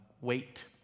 Wait